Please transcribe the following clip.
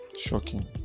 shocking